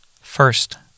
First